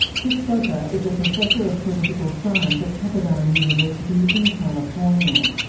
chris soper is a professor of political science at pepperdine university in california.